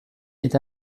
est